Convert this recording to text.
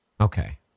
okay